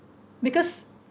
because